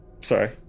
Sorry